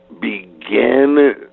begin